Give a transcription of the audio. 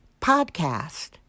podcast